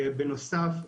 בנוסף,